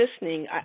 listening